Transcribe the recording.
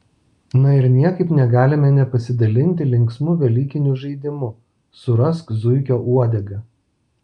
na ir niekaip negalime nepasidalinti linksmu velykiniu žaidimu surask zuikio uodegą